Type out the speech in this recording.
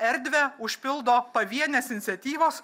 erdvę užpildo pavienės iniciatyvos